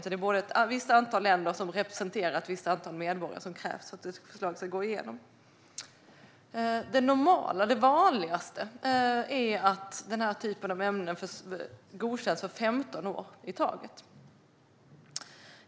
Det krävs ett visst antal länder som representerar ett visst antal medborgare för att ett förslag ska gå igenom. Det normala och vanliga är att denna typ av ämnen godkänns för femton år i taget.